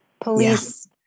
police